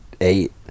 eight